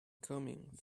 coming